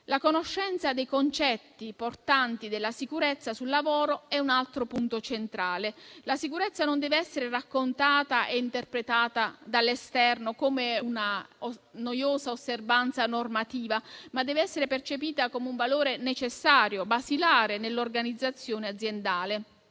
La conoscenza dei concetti portanti della sicurezza sul lavoro è un altro punto centrale. La sicurezza non deve essere raccontata e interpretata dall'esterno come una noiosa osservanza normativa, ma deve essere percepita come un valore necessario e basilare nell'organizzazione aziendale.